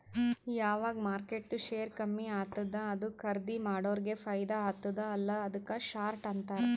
ಯಾವಗ್ ಮಾರ್ಕೆಟ್ದು ಶೇರ್ ಕಮ್ಮಿ ಆತ್ತುದ ಅದು ಖರ್ದೀ ಮಾಡೋರಿಗೆ ಫೈದಾ ಆತ್ತುದ ಅಲ್ಲಾ ಅದುಕ್ಕ ಶಾರ್ಟ್ ಅಂತಾರ್